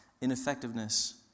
ineffectiveness